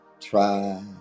try